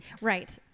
Right